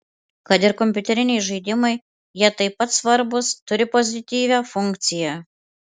kad ir kompiuteriniai žaidimai jie taip pat svarbūs turi pozityvią funkciją